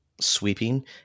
sweeping